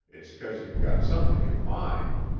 it's cause you got something in mind.